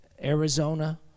Arizona